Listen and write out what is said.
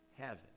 heaven